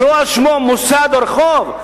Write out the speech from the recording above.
מוסד או רחוב?